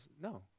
no